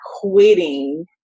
quitting